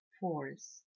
force